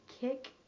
kick